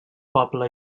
poble